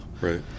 right